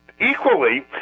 Equally